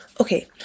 Okay